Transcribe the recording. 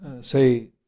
say